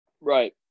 Right